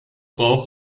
bauch